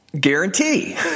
guarantee